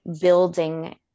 building